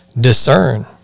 discern